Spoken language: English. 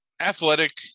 athletic